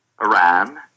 Iran